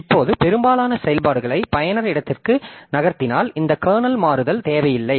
இப்போது பெரும்பாலான செயல்பாடுகளை பயனர் இடத்திற்கு நகர்த்தினால் இந்த கர்னல் மாறுதல் தேவையில்லை